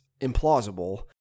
implausible